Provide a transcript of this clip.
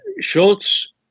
Schultz